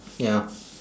ya